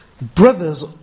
brothers